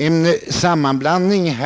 En sammanblandning